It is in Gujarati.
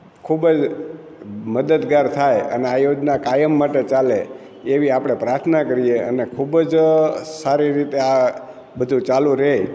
ખૂબજ મદદગાર થાય અને આ યોજના કાયમ માટે ચાલે એવી આપણે પ્રાર્થના કરીએ અને ખૂબજ સારી રીતે આ બધું ચાલુ રહે